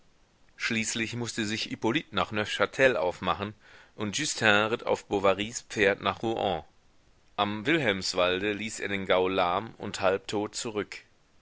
schließlich mußte sich hippolyt nach neufchtel aufmachen und justin ritt auf bovarys pferd nach rouen am wilhelmswalde ließ er den gaul lahm und halbtot zurück